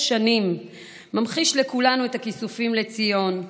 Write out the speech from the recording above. שנים ממחיש לכולנו את הכיסופים לציון,